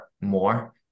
more